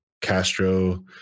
Castro